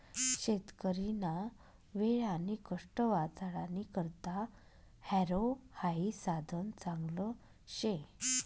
शेतकरीना वेळ आणि कष्ट वाचाडानी करता हॅरो हाई साधन चांगलं शे